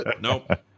Nope